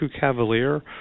cavalier